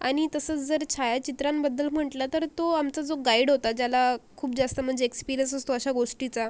आणि तसंच जर छायाचित्रांबद्दल म्हटलं तर तो आमचा जो गाईड होता ज्याला खूप जास्त म्हणजे एक्सपिरिअन्स असतो अशा गोष्टीचा